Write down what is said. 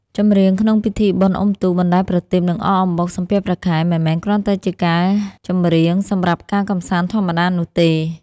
ចម្រៀងក្នុងពិធីបុណ្យអុំទូក បណ្តែតប្រទីប និងអកអំបុក សំពះព្រះខែ មិនមែនគ្រាន់តែជាការចម្រៀងសម្រាប់ការកម្សាន្តធម្មតានោះទេ។